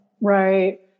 right